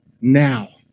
Now